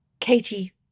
Katie